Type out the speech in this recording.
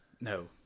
No